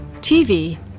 TV